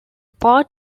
part